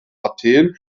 athen